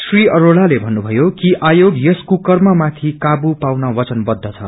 श्री अरोड़ाले भन्नुभयो कि आयोग यस कुर्कममाथि काबू पाउन वचनवन्छ छ